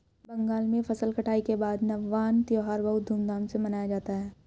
बंगाल में फसल कटाई के बाद नवान्न त्यौहार बहुत धूमधाम से मनाया जाता है